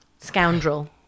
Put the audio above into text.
Scoundrel